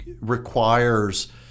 requires